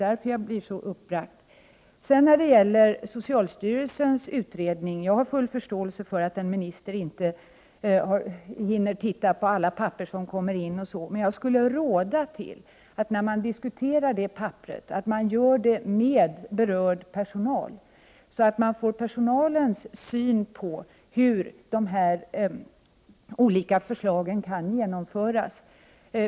När det sedan gäller socialstyrelsens utredning har jag full förståelse för att en minister inte hinner se på alla papper som kommer in, men jag skulle vilja ge det rådet att man när man diskuterar den aktuella promemorian gör det med berörd personal, så att man får dess syn på hur de olika förslagen kan genomföras.